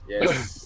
yes